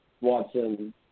Watson